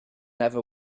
never